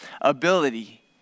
ability